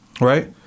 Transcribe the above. right